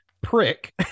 prick